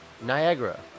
Niagara